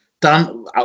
Dan